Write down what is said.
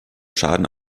schaden